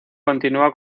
continúa